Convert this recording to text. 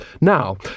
Now